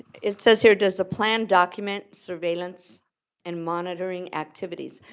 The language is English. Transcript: it says here, does the plan document surveillance and monitoring activities?